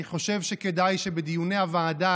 אני חושב שכדאי שבדיוני הוועדה,